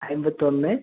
അമ്പത്തി ഒന്ന്